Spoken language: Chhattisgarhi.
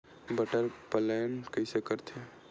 बटेर पालन कइसे करथे?